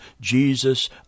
jesus